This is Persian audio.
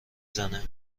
زنه